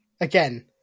again